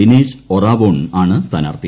ദിനേഷ് ഒറാവോൺ ആണ് സ്ഥാനാർത്ഥി